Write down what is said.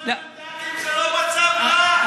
18 מנדטים זה לא מצב רע,